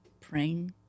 praying